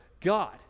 God